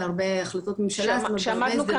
בהרבה החלטות ממשלה ובהרבה הסדרים --- שעמדנו כאן